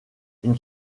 une